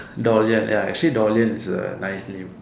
Dol ya ya actually Dolian is a nice name